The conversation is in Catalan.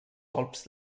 colps